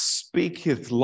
speaketh